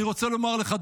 אני רוצה לומר לך,